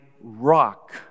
rock